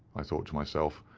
i thought to myself,